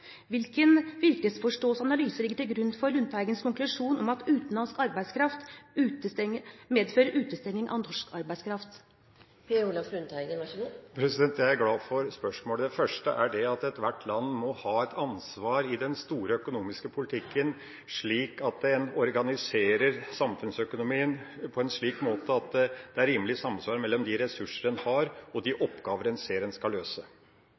Hvilken virkelighetsforståelse og analyse ligger til grunn for Lundteigens konklusjon om at utenlandsk arbeidskraft medfører utestenging av norsk arbeidskraft? Jeg er glad for spørsmålet. Ethvert land må ha et ansvar i den store økonomiske politikken for å organisere samfunnsøkonomien på en slik måte at det er rimelig samsvar mellom de ressurser en har, og de oppgaver en skal løse. Det er en første utfordring. Hvis man organiserer økonomien slik at man legger til rette for å skulle løse